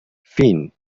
فین